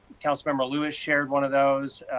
councilmember lewis shared one of those.